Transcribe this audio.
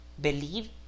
believe